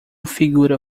figura